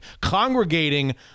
congregating